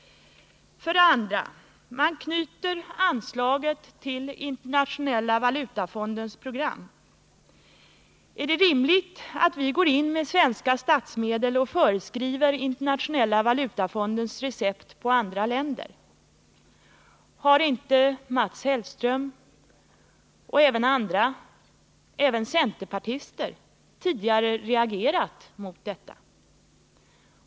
För det andra: Anslaget knyts till Internationella valutafondens program. Är det rimligt att vi går in med svenska statsmedel och föreskriver Internationella valutafondens recept för andra länder? Har inte Mats Hellström och andra, även centerpartister, tidigare reagerat mot detta?